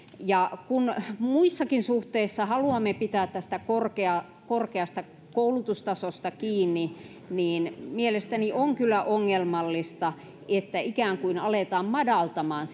koska muissakin suhteissa haluamme pitää tästä korkeasta korkeasta koulutustasosta kiinni niin mielestäni on kyllä ongelmallista että ikään kuin aletaan madaltamaan